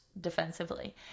defensively